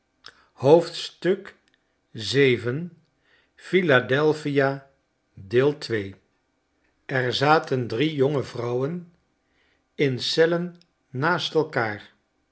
er zaten drie jonge vrouwen in cellen naast elkaar